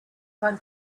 one